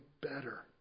better